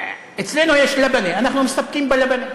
אצלנו יש לאבנה, אנחנו מסתפקים בלאבנה